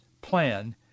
Plan